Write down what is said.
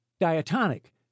diatonic